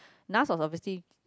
last of diversity